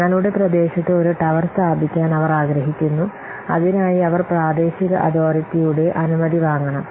നിങ്ങളുടെ പ്രദേശത്ത് ഒരു ടവർ സ്ഥാപിക്കാൻ അവർ ആഗ്രഹിക്കുന്നു അതിനായി അവർ പ്രാദേശിക അതോറിറ്റിയുടെ അനുമതി വാങ്ങണം